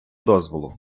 дозволу